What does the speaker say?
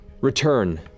return